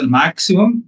maximum